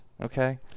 okay